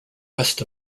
rest